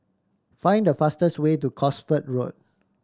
find the fastest way to Cosford Road